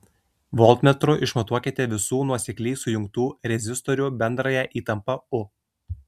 voltmetru išmatuokite visų nuosekliai sujungtų rezistorių bendrąją įtampą u